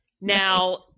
Now